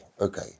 okay